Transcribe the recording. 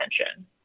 attention